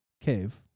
cave